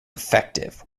effective